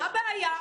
מה הבעיה?